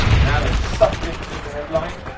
now they're sucked into the headline,